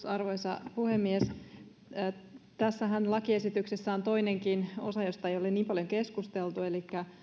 arvoisa puhemies tässä lakiesityksessähän on toinenkin osa josta ei ole niin paljon keskusteltu elikkä